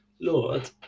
Lord